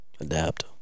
Adapt